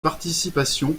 participations